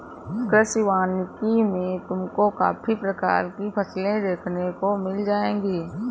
कृषि वानिकी में तुमको काफी प्रकार की फसलें देखने को मिल जाएंगी